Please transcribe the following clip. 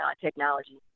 technology